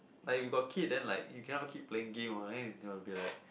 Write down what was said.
like if you got kid then like you cannot keep playing game what then it will be like